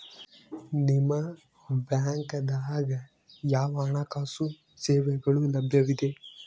ನಿಮ ಬ್ಯಾಂಕ ದಾಗ ಯಾವ ಹಣಕಾಸು ಸೇವೆಗಳು ಲಭ್ಯವಿದೆ?